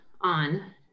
on